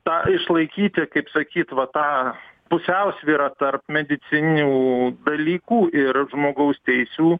tą išlaikyti kaip sakyt va tą pusiausvyrą tarp medicininių dalykų ir žmogaus teisių